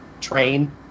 train